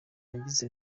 yagize